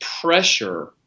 pressure